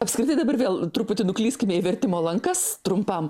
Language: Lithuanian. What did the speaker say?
apskritai dabar vėl truputį nuklyskime į vertimo lankas trumpam